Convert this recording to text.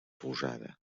rosada